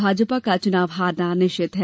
भाजपा का चुनाव हारना निश्चित है